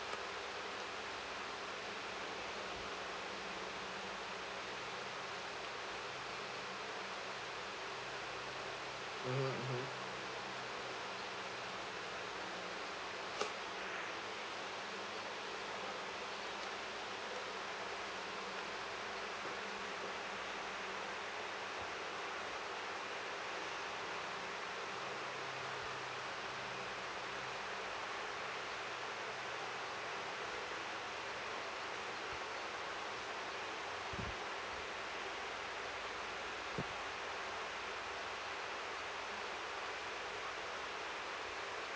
mmhmm mmhmm